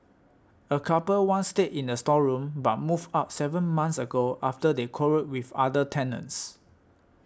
a couple once stayed in the storeroom but moved out seven months ago after they quarrelled with other tenants